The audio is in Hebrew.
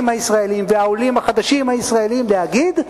הישראלים והעולים החדשים הישראלים להגיד: